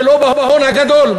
ולא בהון הגדול,